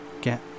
get